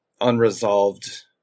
unresolved